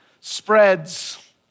spreads